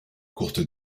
courte